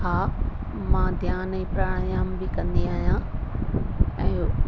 हा मां ध्यानु ऐं प्रणायाम बि कंदी आहियां ऐं